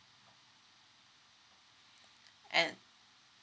and